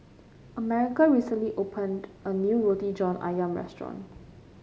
America recently opened a new Roti John ayam restaurant